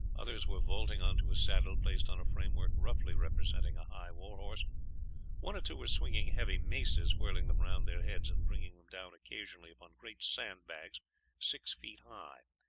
others were vaulting on to a saddle placed on a framework roughly representing a high war-horse one or two were swinging heavy maces, whirling them round their heads and bringing them down occasionally upon great sand-bags six feet high,